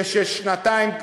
כששנתיים,